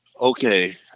Okay